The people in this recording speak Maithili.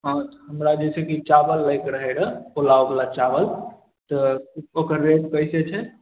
हँ हमरा जैसे कि चाबल लै कऽ रहै रहऽ पुलाव बला चाबल तऽ ओकर रेट कैसे छै